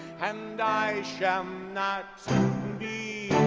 and i shall not be